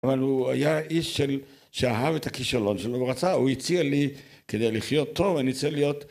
אבל הוא היה איש של, שאהב את הכישלון שלו ורצה, הוא הציע לי כדי לחיות טוב אני צריך להיות..